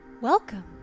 Welcome